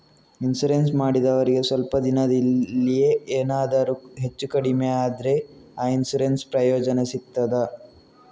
Insurance ಮಾಡಿದವರಿಗೆ ಸ್ವಲ್ಪ ದಿನದಲ್ಲಿಯೇ ಎನಾದರೂ ಹೆಚ್ಚು ಕಡಿಮೆ ಆದ್ರೆ ಆ ಇನ್ಸೂರೆನ್ಸ್ ನ ಪ್ರಯೋಜನ ಸಿಗ್ತದ?